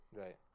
Right